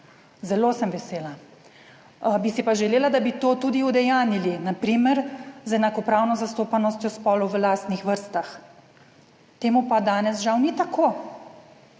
zelo sem vesela, bi si pa želela, da bi to tudi udejanjili na primer z enakopravno zastopanostjo spolov v lastnih vrstah, temu pa danes žal ni tako.